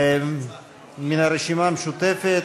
מן הרשימה המשותפת,